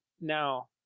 now